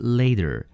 later